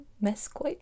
mesquite